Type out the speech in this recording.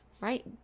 right